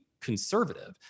conservative